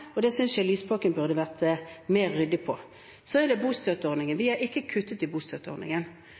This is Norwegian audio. og det synes jeg Lysbakken burde vært mer ryddig på. Så er det bostøtteordningen. Vi har ikke kuttet i bostøtteordningen.